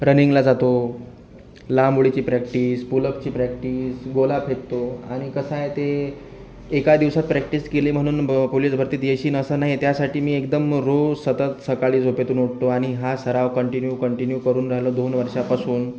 रनिंगला जातो लांब उडीची प्रॅक्टिस पुलअपची प्रॅक्टिस गोला फेकतो आणि कसं आहे ते एका दिवसात प्रॅक्टिस केली म्हणून ब पोलीस भरतीत येशीन असं नाही आहे त्यासाठी मी एकदम रोज सतत सकाळी झोपेतून उठतो आणि हा सराव कंटिन्यू कंटिन्यू करून राहिलो दोन वर्षापासून